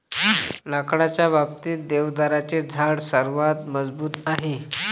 लाकडाच्या बाबतीत, देवदाराचे झाड सर्वात मजबूत आहे